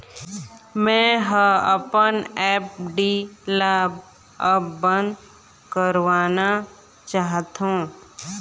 मै ह अपन एफ.डी ला अब बंद करवाना चाहथों